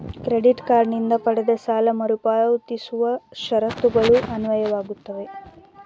credit card ನಿಂದ ಪಡೆದ ಸಾಲ ಮರುಪಾವತಿಸುವ ಷರತ್ತುಗಳು ಅನ್ವಯವಾಗುತ್ತವೆ